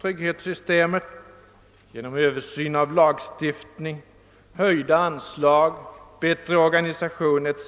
trygghetssystemet, genom översyn av lagstiftning, höjda anslag, bättre organisation etc.